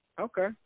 Okay